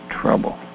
trouble